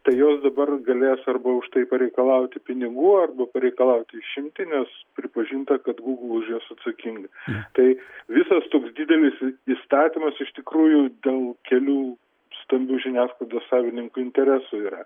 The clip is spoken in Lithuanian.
tai jos dabar galės arba už tai pareikalauti pinigų arba pareikalauti išimtinės pripažinta kad gūgl už juos atsakinga tai visas toks didelis įstatymas iš tikrųjų dėl kelių stambių žiniasklaidos savininkų interesų yra